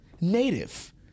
Native